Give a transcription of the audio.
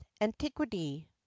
antiquity